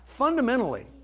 Fundamentally